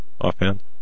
offhand